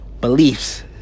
beliefs